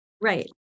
Right